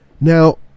Now